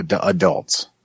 adults